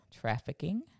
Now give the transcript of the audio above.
trafficking